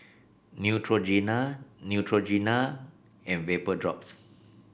Neutrogena Neutrogena and Vapodrops